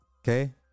okay